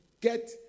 get